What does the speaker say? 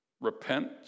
Repent